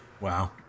Wow